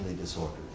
disordered